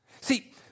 See